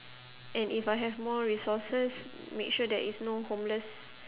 and if I have more resources make sure there is no homeless